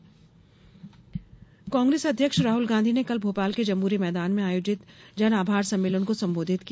राहुल गांधी कांग्रेस अध्यक्ष राहल गांधी ने कल भोपाल के जंबूरी मैदान में आयोजित जनआभार सम्मेलन को संबोधित किया